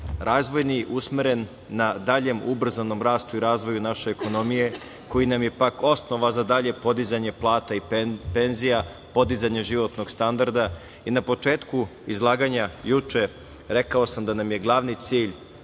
razvojni usmeren na daljem ubrzanom rastu i razvoju naše ekonomije, koji nam je pak osnova za dalje podizanje plata i penzija, podizanje životnog standarda. Na početku izlaganja juče, rekao sam da je glavni cilj